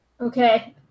Okay